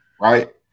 Right